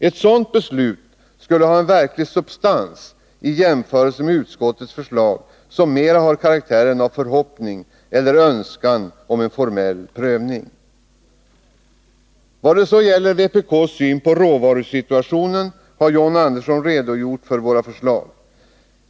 Ett sådant beslut skulle ha en verklig substans i jämförelse med utskottets förslag, som mera har karaktären av förhoppning — eller önskan om en formell prövning. Vad så gäller vpk:s syn på råvarusituationen har John Andersson redogjort — Nr 131 för våra förslag.